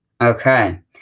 Okay